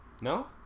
no